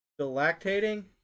lactating